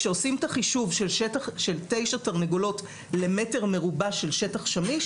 כשעושים את החישוב של 9 תרנגולות למטר מרובע של שטח שמיש,